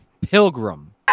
Pilgrim